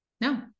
No